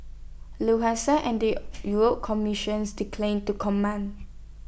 Lufthansa and the Europe commissions declined to comment